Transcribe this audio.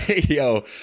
yo